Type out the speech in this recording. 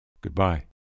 Goodbye